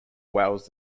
wales